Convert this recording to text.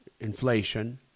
inflation